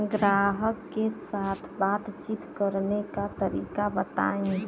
ग्राहक के साथ बातचीत करने का तरीका बताई?